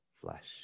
flesh